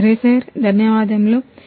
సరే సార్ ధన్యవాదాలు సార్